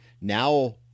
now